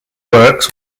works